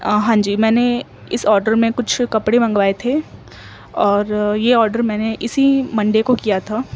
ہاں جی میں نے اس آرڈر میں کچھ کپڑے منگوائے تھے اور یہ آرڈر میں نے اسی منڈے کو کیا تھا